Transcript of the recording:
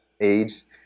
age